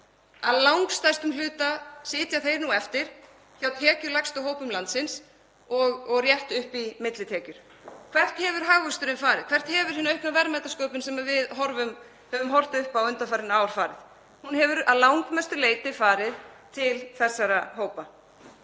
Að langstærstum hluta sitja þeir nú eftir hjá tekjulægstu hópum landsins og rétt upp í millitekjur. Hvert hefur hagvöxturinn farið? Hvert hefur hin aukna verðmætasköpun sem við höfum horft upp á undanfarin ár farið? Hún hefur að langmestu leyti farið til þessara hópa.